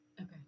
Okay